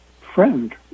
friend